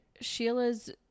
Sheila's